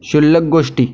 क्षुल्लक गोष्टी